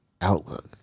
outlook